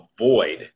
avoid